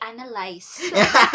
analyze